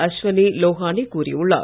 அஷ்வனி லோஹானி கூறியுள்ளார்